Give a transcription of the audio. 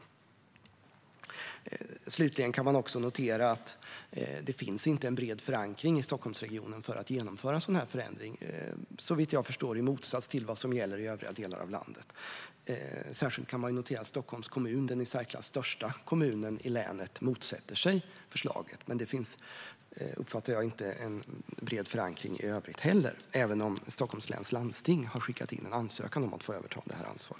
Slutligen kan man också notera att det inte finns en bred förankring i Stockholmsregionen för att genomföra en sådan här förändring, såvitt jag förstår, i motsats till vad som gäller i övriga delar av landet. Särskilt kan man notera att Stockholms kommun, den i särklass största kommunen i länet, motsätter sig förslaget. Men det finns - så uppfattar jag det - inte en bred förankring i övrigt heller, även om Stockholms läns landsting har skickat in en ansökan om att få överta detta ansvar.